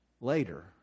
later